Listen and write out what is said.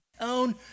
own